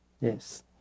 Yes